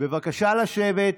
בבקשה לשבת.